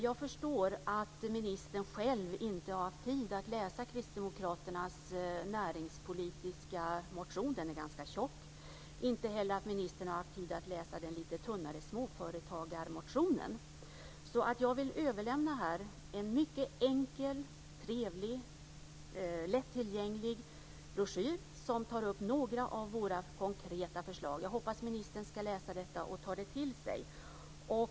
Jag förstår att ministern själv inte har haft tid att läsa Kristdemokraternas näringspolitiska motion. Den är ganska tjock. Jag förstår också att ministern inte heller har haft tid att läsa den lite tunnare småföretagarmotionen. Jag vill därför överlämna en mycket enkel, trevlig och lättillgänglig broschyr i vilken några av våra konkreta förslag tas upp. Jag hoppas att ministern läser detta och tar till sig det.